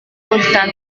constan